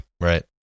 Right